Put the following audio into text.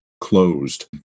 closed